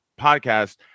podcast